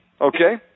okay